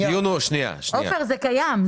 עופר, זה קיים.